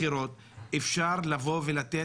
אפשר לבוא ולתת